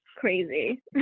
crazy